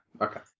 Okay